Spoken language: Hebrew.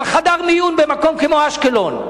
על חדר מיון במקום כמו אשקלון?